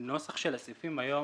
לנוסח של הסעיפים היום,